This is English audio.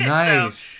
nice